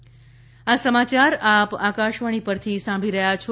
corona appeal આ સમાચાર આપ આકાશવાણી પરથી સાંભળી રહ્યા છો